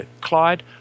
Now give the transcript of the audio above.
Clyde